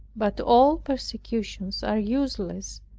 but all precautions are useless,